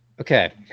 Okay